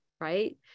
right